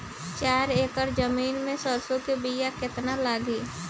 चार एकड़ जमीन में सरसों के बीया कितना लागी?